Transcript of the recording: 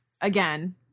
again